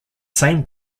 same